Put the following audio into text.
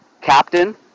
captain